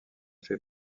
fait